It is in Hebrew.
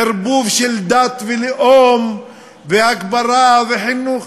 ערבוב של דת ולאום, והגברה, וחינוך,